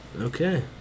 Okay